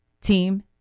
team